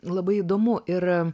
labai įdomu ir